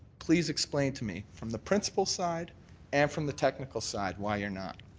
please explain to me from the principled side and from the technical side why you're not.